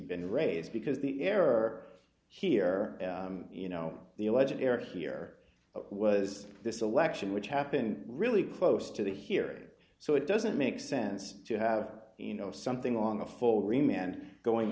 been raised because the error here you know the alleging error here was this election which happened really close to the here so it doesn't make sense to have you know something on the full remain and going